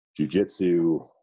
jujitsu